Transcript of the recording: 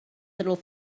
little